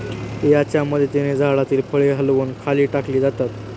याच्या मदतीने झाडातील फळे हलवून खाली टाकली जातात